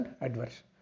adverse